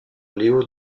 leo